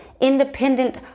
independent